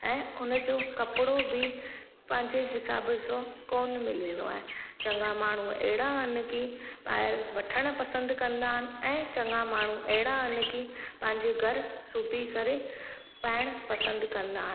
ऐं उन जो कपिड़ो बि पंहिंजे हिसाब जो कोन मिलंदो आहे चङा माण्हू अहिड़ा आहिनि की ॿाहिरि वठणु पसंदि कंदा आहिनि ऐं चङा माण्हू अहिड़ा आहिनि की पंहिंजे घरु सुबी करे पाइणु पसंदि कंदा आहिनि